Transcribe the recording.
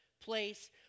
place